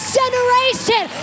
generation